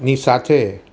ની સાથે